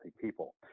people